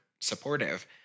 supportive